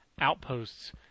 outposts